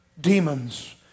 demons